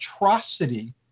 atrocity